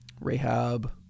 Rahab